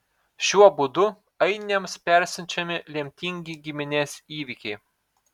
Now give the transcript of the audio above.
šiuo būdu ainiams persiunčiami lemtingi giminės įvykiai